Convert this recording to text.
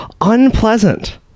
unpleasant